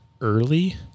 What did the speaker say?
early